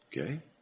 Okay